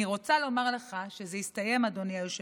אני רוצה לומר לך שזה הסתיים, אדוני היושב-ראש,